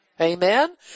Amen